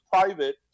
private